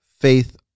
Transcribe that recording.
faith